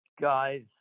guys